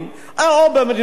והם נשארים כאן.